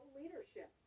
leadership